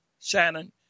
Shannon